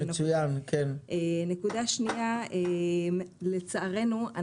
נקודה שנייה לצערנו,